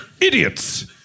idiots